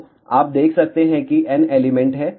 तो आप देख सकते हैं कि N एलिमेंट हैं